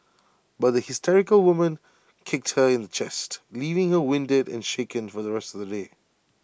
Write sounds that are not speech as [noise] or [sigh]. [noise] but the hysterical woman kicked her in the chest leaving her winded and shaken for the rest of the day